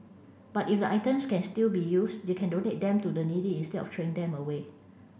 but if the items can still be used they can donate them to the needy instead of throwing them away